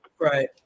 Right